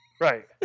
Right